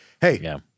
hey